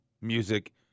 music